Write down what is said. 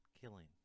Killing